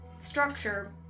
structure